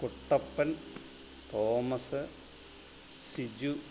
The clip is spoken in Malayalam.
പാപ്പൻ തോമസ് സിജു